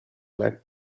black